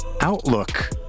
outlook